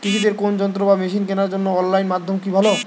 কৃষিদের কোন যন্ত্র বা মেশিন কেনার জন্য অনলাইন মাধ্যম কি ভালো?